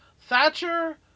Thatcher